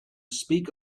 speak